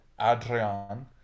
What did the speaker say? Adrian